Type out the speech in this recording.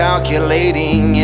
Calculating